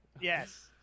Yes